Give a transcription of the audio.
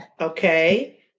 Okay